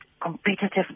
Competitive